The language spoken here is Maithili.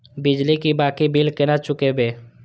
बिजली की बाकी बील केना चूकेबे?